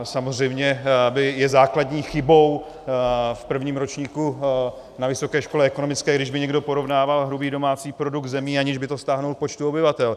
Samozřejmě je základní chybou v prvním ročníku na Vysoké škole ekonomické, kdyby někdo porovnával hrubý domácí produkt zemí, aniž by to vztáhl k počtu obyvatel.